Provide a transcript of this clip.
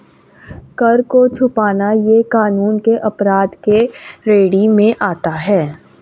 कर को छुपाना यह कानून के अपराध के श्रेणी में आता है